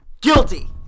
Guilty